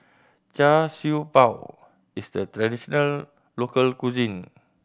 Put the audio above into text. Char Siew Bao is the traditional local cuisine